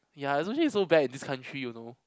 ya the sushi is so bad in this country you know